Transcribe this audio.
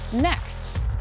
next